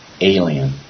alien